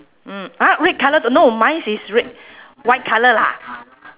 mm !huh! red colour no mine is red white colour lah